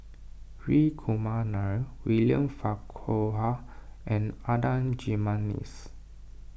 Hri Kumar Nair William Farquhar and Adan Jimenez